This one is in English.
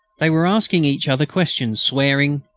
they were asking each other questions, swearing,